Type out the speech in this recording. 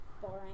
boring